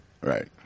Right